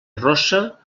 rossa